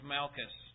Malchus